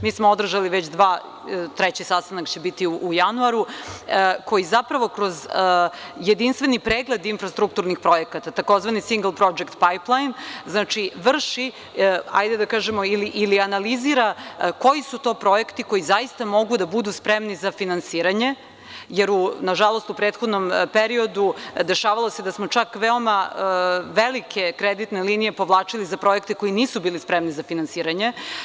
Mi smo održali već dva, treći sastanak će biti u januaru, koji zapravo kroz jedinstveni pregled infrastrukturnih projekata tzv. „singl prodžekt pajplajn“ znači vrši, da kažemo, ili analizira koji su to projekti koji zaista mogu da budu spremni za finansiranje, jer nažalost, u prethodnom periodu, dešavalo se da smo čak veoma velike kreditne linije povlačili za projekte koji nisu bili spremni za finansiranje.